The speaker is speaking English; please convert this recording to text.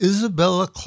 Isabella